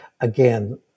again